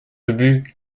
ubu